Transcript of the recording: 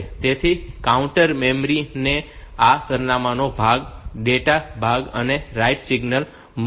તેથી counter memory ને આ સરનામાનો ભાગ ડેટા ભાગ અને WRITE સિગ્નલ મળશે